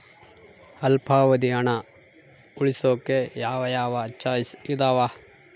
ಅಲ್ಪಾವಧಿ ಹಣ ಉಳಿಸೋಕೆ ಯಾವ ಯಾವ ಚಾಯ್ಸ್ ಇದಾವ?